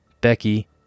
Becky